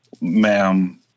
Ma'am